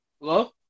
Hello